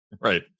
right